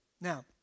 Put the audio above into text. Now